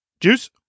juice